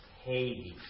Hades